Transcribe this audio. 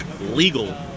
legal